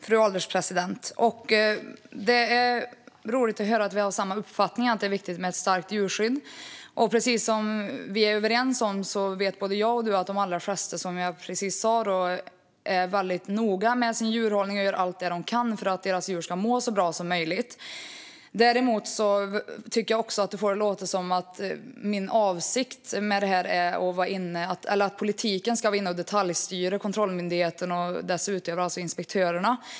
Fru ålderspresident! Det är roligt att höra att vi har samma uppfattning, alltså att det är viktigt med ett starkt djurskydd. Både landsbygdsministern och jag vet att de allra flesta, som jag sa, är väldigt noga med sin djurhållning och gör allt de kan för att deras djur ska må så bra som möjligt. Däremot tycker jag att landsbygdsministern får det att låta som att min avsikt med detta är att politiken ska detaljstyra kontrollmyndigheten och dess utövare, alltså inspektörerna.